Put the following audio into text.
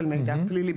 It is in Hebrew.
של מידע פלילי.